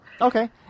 Okay